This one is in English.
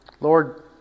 Lord